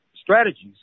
strategies